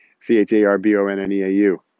C-H-A-R-B-O-N-N-E-A-U